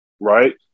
right